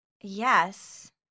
Yes